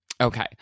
Okay